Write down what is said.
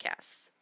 podcasts